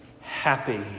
happy